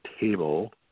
table